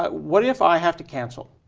ah what if i have to cancel?